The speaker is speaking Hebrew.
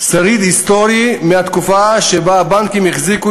שריד היסטורי מהתקופה שבה הבנקים החזיקו